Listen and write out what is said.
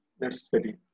necessary